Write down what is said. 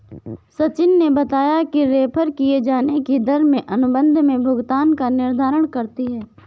सचिन ने बताया कि रेफेर किये जाने की दर में अनुबंध में भुगतान का निर्धारण करती है